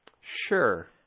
Sure